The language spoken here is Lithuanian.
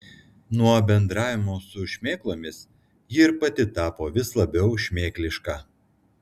nuo bendravimo su šmėklomis ji ir pati tapo vis labiau šmėkliška